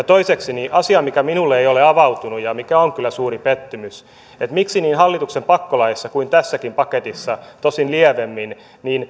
toiseksi asia mikä minulle ei ole avautunut ja mikä on kyllä suuri pettymys miksi niin hallituksen pakkolaeissa kuin tässäkin paketissa tosin lievemmin